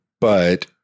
But-